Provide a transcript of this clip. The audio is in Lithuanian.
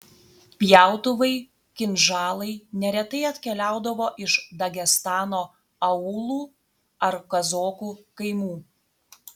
pjautuvai kinžalai neretai atkeliaudavo iš dagestano aūlų ar kazokų kaimų